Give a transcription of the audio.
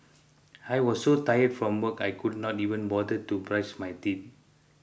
I was so tired from work I could not even bother to brush my teeth